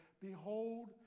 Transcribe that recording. Behold